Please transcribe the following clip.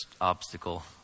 obstacle